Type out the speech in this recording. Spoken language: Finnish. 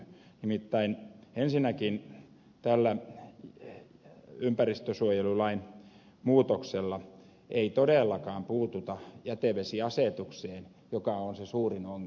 nimittäin ensinnäkin tällä ympäristönsuojelulain muutoksella ei todellakaan puututa jätevesiasetukseen joka on se suurin ongelma